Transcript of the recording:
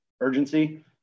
urgency